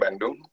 Bandung